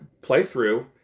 playthrough